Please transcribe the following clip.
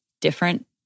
different